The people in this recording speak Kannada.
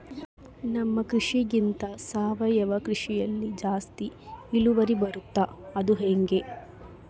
ನಮ್ಮ ಕೃಷಿಗಿಂತ ಸಾವಯವ ಕೃಷಿಯಲ್ಲಿ ಜಾಸ್ತಿ ಇಳುವರಿ ಬರುತ್ತಾ ಅದು ಹೆಂಗೆ?